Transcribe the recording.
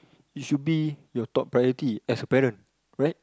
it should be your top priority as a parent right